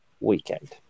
weekend